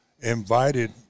invited